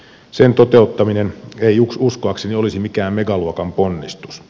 sen toteuttaminen ei uskoakseni olisi mikään megaluokan ponnistus